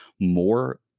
more